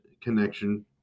Connection